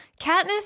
Katniss